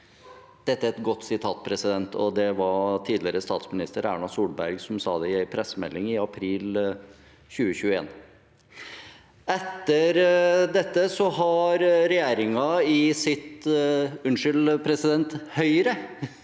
Dette er et godt sitat, og det var tidligere statsminister Erna Solberg som sa det, i en pressemelding i april 2021. Etter dette har Høyre i sitt